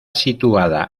situada